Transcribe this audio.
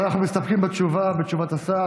אנחנו מסתפקים בתשובת השר.